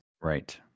Right